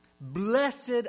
Blessed